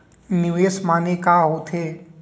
निवेश माने का होथे?